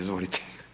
Izvolite.